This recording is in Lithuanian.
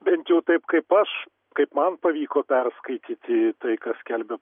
bent jau taip kaip aš kaip man pavyko perskaityti tai ką skelbė